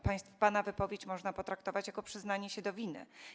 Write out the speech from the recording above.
Pana wypowiedź można potraktować jako przyznanie się do winy.